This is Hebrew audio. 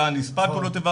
היה 'נספה פעולות איבה',